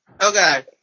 okay